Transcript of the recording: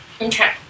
Okay